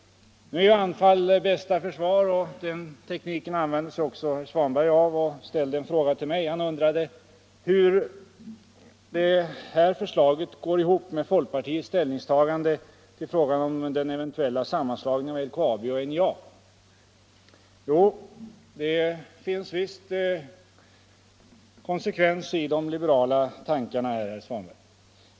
Nu är anfall bästa försvar, och den tekniken använder sig också herr Svanberg av och ställde en fråga till mig. Han undrade hur det här förslaget går ihop med folkpartiets ställningstagande till frågan om den eventuella sammanslagningen av LKAB och NJA. Jo, det finns visst konsekvens i de liberala tankarna här, herr Svanberg.